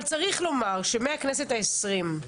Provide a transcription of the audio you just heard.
אבל צריך לומר שמהכנסת העשרים,